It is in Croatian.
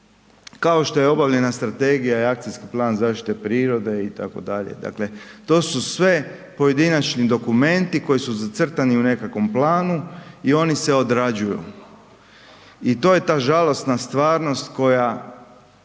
kao što je obavljena Strategija i akcijski plan zaštite prirode, itd., dakle to su sve pojedinačni dokumenti koji su zacrtani u nekakvom planu i oni se odrađuju i to je ta žalosna stvarnost koja